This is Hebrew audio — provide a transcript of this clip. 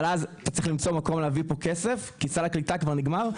אבל אז אתה צריך למצוא מקום להביא פה כסף כי סל הקליטה כבר נגמר,